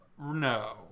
No